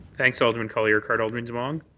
thanks, alderman colley-urquhart. alderman demong?